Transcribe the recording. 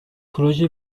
proje